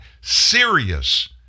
serious